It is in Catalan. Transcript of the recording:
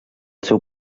seu